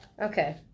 Okay